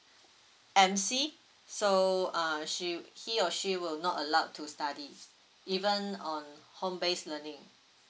M_C so uh she he or she will not allowed to study even on home based learning